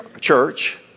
Church